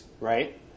right